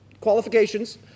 qualifications